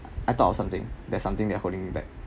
I thought of something that something that holding me back